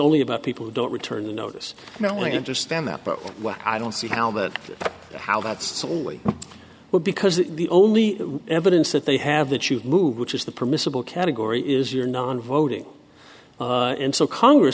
only about people who don't return the notice not only understand that but i don't see how that how that's only will because the only evidence that they have that you've moved which is the permissible category is your non voting and so congress